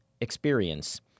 experience